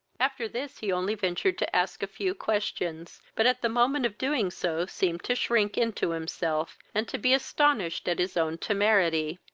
after this he only ventured to ask a few questions, but at the moment of doing so seemed to shrink into himself, and to be astonished at his own temerity.